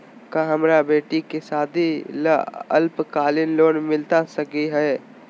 का हमरा बेटी के सादी ला अल्पकालिक लोन मिलता सकली हई?